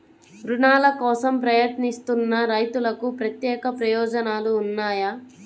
రుణాల కోసం ప్రయత్నిస్తున్న రైతులకు ప్రత్యేక ప్రయోజనాలు ఉన్నాయా?